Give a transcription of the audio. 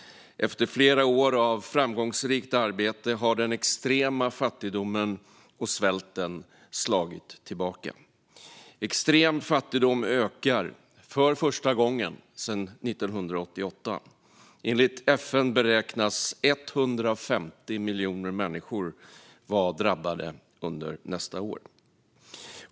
Efter flera år av framgångsrikt arbete har den extrema fattigdomen och svälten slagit tillbaka. Extrem fattigdom ökar för första gången sedan 1988. Enligt FN beräknas 150 miljoner människor vara drabbade under nästa år.